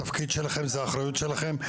התפקיד שלכם זה האחריות שלכם.